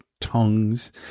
tongues